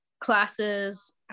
classes